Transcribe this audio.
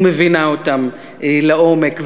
ומבינה אותם לעומק,